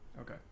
Okay